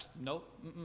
nope